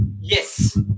Yes